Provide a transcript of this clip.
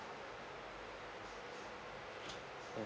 mm